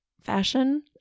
fashion